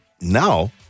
now